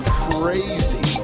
crazy